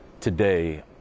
today